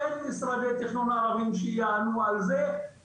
אין משרדי תכנון ערביים שיענו על זה.